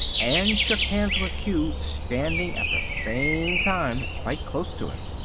and shook hands with q, standing at the same time quite close to him.